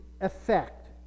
effect